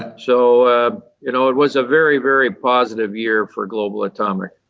ah so you know it was a very, very positive year for global atomic.